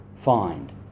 find